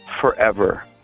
forever